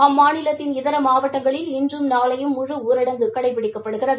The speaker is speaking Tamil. அம்மாநிலத்தின் இதர மாவட்டங்களில் இன்றும் நாளையும் முழு ஊரடங்கு கடைபிடிக்கப்படுகிறது